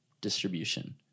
distribution